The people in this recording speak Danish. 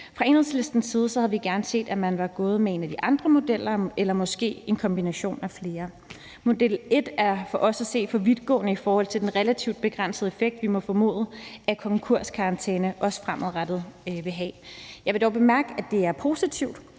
Fra Enhedslistens side havde vi gerne set, at man var gået med en af de andre modeller eller måske en kombination af flere. Model et er for os at se for vidtgående i forhold til den relativt begrænsede effekt, vi må formode at konkurskarantæne også fremadrettet vil have. Jeg vil dog bemærke, at det er positivt,